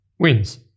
wins